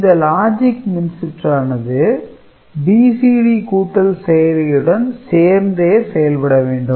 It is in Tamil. இந்த லாஜிக் மின்சுற்றானது BCD கூட்டல் செயலியுடன் சேர்ந்தே செயல்பட வேண்டும்